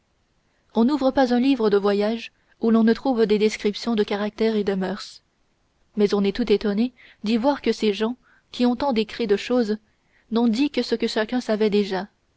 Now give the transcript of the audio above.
on n'ouvre pas un livre de voyages où l'on ne trouve des descriptions de caractères et de mœurs mais on est tout étonné d'y voir que ces gens qui ont tant décrit de choses n'ont dit que ce que chacun savait déjà